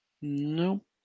No